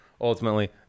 ultimately